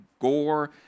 gore